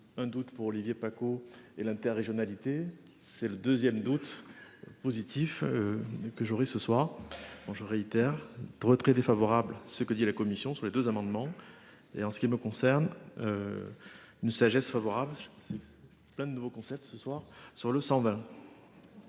Un doute pour Olivier Paccaud et l'inter-régionale IT c'est le deuxième doute. Positif. Que j'aurais ce soir moi je réitère très très défavorable. Ce que dit la Commission sur les deux amendements. Et en ce qui me concerne. Une sagesse favorable. Plein de nouveaux concepts ce soir sur le va.